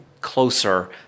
closer